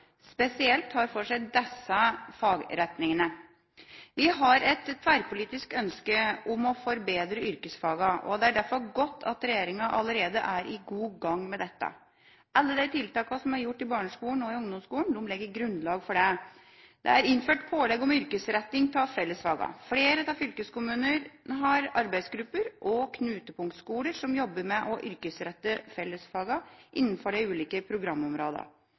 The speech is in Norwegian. spesielt tar for seg disse fagretningene. Vi har et tverrpolitisk ønske om å forbedre yrkesfagene, og det er derfor godt at regjeringa allerede er godt i gang med dette. Alle de tiltakene som er godt i gang i barneskolen og i ungdomsskolen, legger grunnlag for det. Det er innført pålegg om yrkesretting av fellesfagene. Flere fylkeskommuner har arbeidsgrupper og knutepunktskoler som jobber med å yrkesrette fellesfagene innenfor de ulike